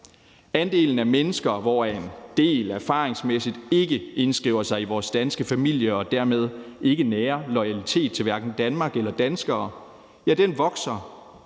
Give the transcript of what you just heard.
Andelen af mennesker, hvoraf en del af dem erfaringsmæssigt ikke indskriver sig i vores danske familier og dermed ikke nærer loyalitet for hverken Danmark eller danskere, ja, den vokser